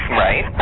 right